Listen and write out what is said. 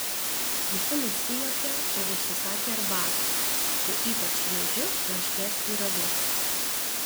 visi nusijuokė ir užsisakė arbatos su ypač šviežiu varškės pyragu